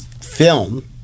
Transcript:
film